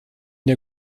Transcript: der